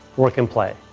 work, and play.